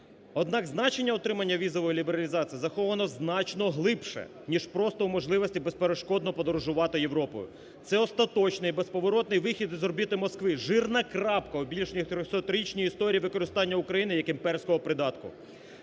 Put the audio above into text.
Однак значення отримання візової лібералізації заховано значно глибше ніж просто можливості безперешкодно подорожувати Європою. Це остаточний і безповоротній вихід з орбіти Москви, жирна крапка у більш ніж 300-річній історії використання України як імперського придатку.